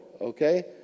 okay